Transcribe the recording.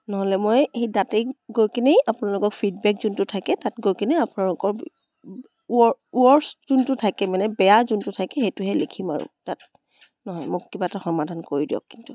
নহ'লে মই সেই তাতেই গৈ কিনে আপোনালোকৰ ফিডবেক যোনটো থাকে তাত গৈ কিনে আপোনালোকৰ ৱৰ ৱৰষ্ট যোনটো থাকে মানে বেয়া যোনটো থাকে সেইটোহে লিখিম আৰু তাত নহয় মোক কিবা এটা সমাধান কৰি দিয়ক কিন্তু